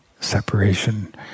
separation